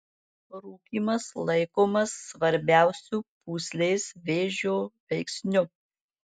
rūkymas laikomas svarbiausiu pūslės vėžio veiksniu